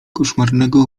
koszmarnego